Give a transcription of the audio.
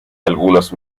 algunos